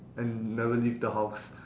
and never leave the house